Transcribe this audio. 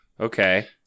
Okay